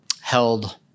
held